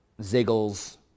Ziggles